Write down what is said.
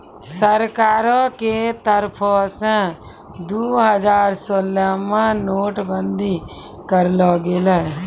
सरकारो के तरफो से दु हजार सोलह मे नोट बंदी करलो गेलै